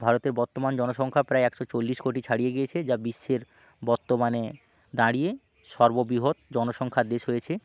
ভারতের বর্তমান জনসংখ্যা প্রায় একশো চল্লিশ কোটি ছাড়িয়ে গিয়েছে যা বিশ্বের বর্তমানে দাঁড়িয়ে সর্ববৃহৎ জনসংখ্যার দেশ হয়েছে